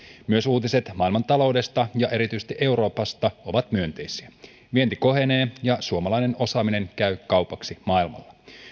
myös uutiset maailmantaloudesta ja erityisesti euroopasta ovat myönteisiä vienti kohenee ja suomalainen osaaminen käy kaupaksi maailmalla